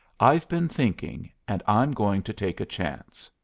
i've been thinking and i'm going to take a chance.